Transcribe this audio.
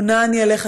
פונה אני אליך,